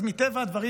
אז מטבע הדברים,